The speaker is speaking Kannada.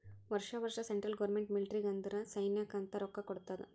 ವರ್ಷಾ ವರ್ಷಾ ಸೆಂಟ್ರಲ್ ಗೌರ್ಮೆಂಟ್ ಮಿಲ್ಟ್ರಿಗ್ ಅಂದುರ್ ಸೈನ್ಯಾಕ್ ಅಂತ್ ರೊಕ್ಕಾ ಕೊಡ್ತಾದ್